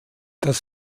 das